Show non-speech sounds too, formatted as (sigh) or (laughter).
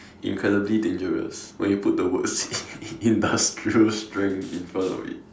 incredibly dangerous when you put the word (laughs) industrial strength in front of it